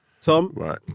Tom